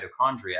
mitochondria